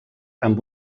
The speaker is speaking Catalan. amb